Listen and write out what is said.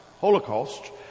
holocaust